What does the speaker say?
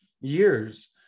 years